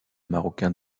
marocain